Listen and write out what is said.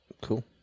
Cool